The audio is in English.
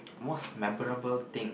most memorable thing